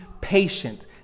patient